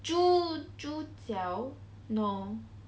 猪猪脚 no